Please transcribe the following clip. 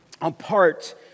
apart